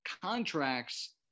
contracts